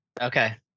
Okay